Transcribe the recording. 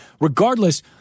Regardless